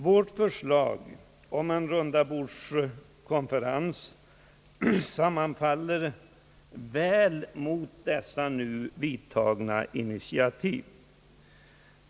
Vårt förslag om en rundabordskonferens sammanfaller väl med dessa nu vidtagna initiativ.